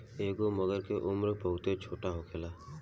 एगो मछर के उम्र बहुत छोट होखेला